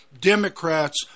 Democrats